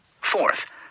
Fourth